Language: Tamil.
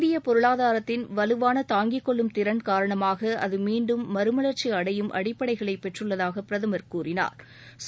இந்தியப் பொருளாதாரத்தின் வலுவான தாங்கிக்கொள்ளும் திறன் காரணமாக அது மீண்டும் மறுமலர்ச்சி அடையும் அடிப்படைகளை பெற்றுள்ளதாக பிரதமர் கூறினாா்